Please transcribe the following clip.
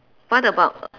what about